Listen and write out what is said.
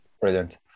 Brilliant